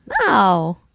No